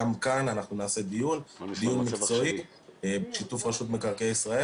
גם כאן אנחנו נעשה דיון מקצועי בשיתוף רשות מקרקעי ישראל